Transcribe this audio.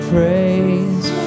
Praise